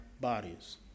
bodies